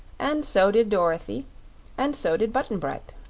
and so did dorothy and so did button-bright.